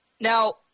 Now